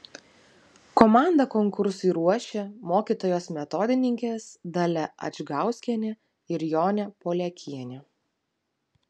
komandą konkursui ruošė mokytojos metodininkės dalia adžgauskienė ir jonė poliakienė